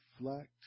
reflect